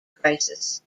crisis